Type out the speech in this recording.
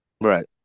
Right